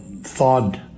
thought